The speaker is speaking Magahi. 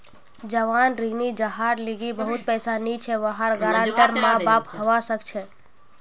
जवान ऋणी जहार लीगी बहुत पैसा नी छे वहार गारंटर माँ बाप हवा सक छे